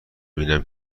ببینیم